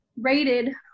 rated